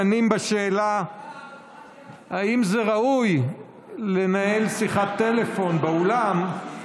דנים בשאלה האם זה ראוי לנהל שיחת טלפון באולם.